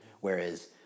Whereas